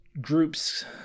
groups